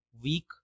week